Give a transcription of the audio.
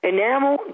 Enamel